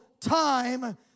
time